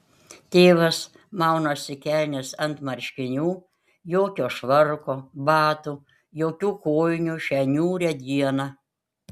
tėvas maunasi kelnes ant marškinių jokio švarko batų jokių kojinių šią niūrią dieną